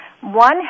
One